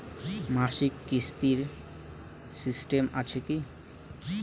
মাসিক কিস্তির সিস্টেম আছে কি?